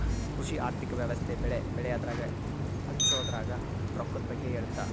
ಕೃಷಿ ಆರ್ಥಿಕ ವ್ಯವಸ್ತೆ ಬೆಳೆ ಬೆಳೆಯದ್ರಾಗ ಹಚ್ಛೊದ್ರಾಗ ರೊಕ್ಕದ್ ಬಗ್ಗೆ ಹೇಳುತ್ತ